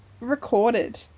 recorded